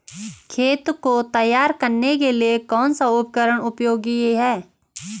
खेत को तैयार करने के लिए कौन सा उपकरण उपयोगी रहता है?